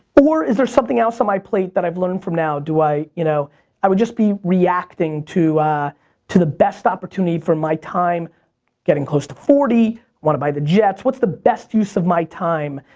or is there something else on my plate that i've learned from now? i you know i would just be reacting to to the best opportunity for my time getting close to forty, wanna buy the jets. what's the best use of my time?